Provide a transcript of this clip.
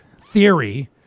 theory